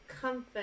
comfort